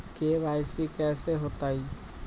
KYC कैसे होतई?